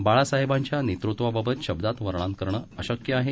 बाळासाहेबांच्या नेतृत्वाबाबत शब्दात वर्णन करणे अशक्य आहे